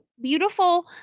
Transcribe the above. beautiful